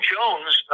Jones